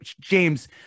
James